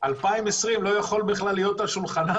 שנת 2020 לא יכולה להיות בכלל על שולחנם.